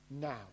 now